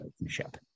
relationship